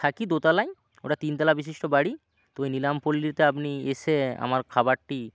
থাকি দোতালায় ওটা তিনতলা বিশিষ্ট বাড়ি তো ঐ নিলামপল্লীতে আপনি এসে আমার খাবারটি